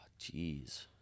Jeez